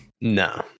No